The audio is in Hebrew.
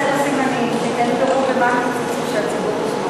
אל תעשה סימנים, תן פירוט, שהציבור ישמע.